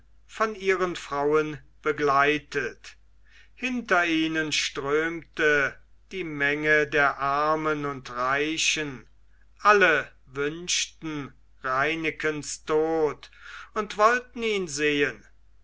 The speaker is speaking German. von ihren frauen begleitet hinter ihnen strömte die menge der armen und reichen alle wünschten reinekens tod und wollten ihn sehen